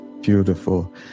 Beautiful